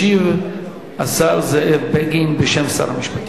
ישיב השר זאב בגין בשם שר המשפטים.